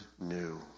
new